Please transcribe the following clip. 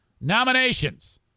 Nominations